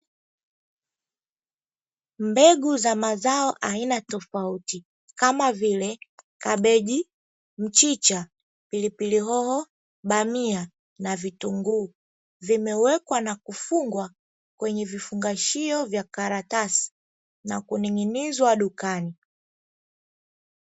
Mbegu za mazao aina tofauti kama vile: kabeji, mchicha, pilipilihoho, bamia na vitunguu vimewekwa na kufungwa kwenye vifungashio vya karatasi na kuning’inizwa dukani.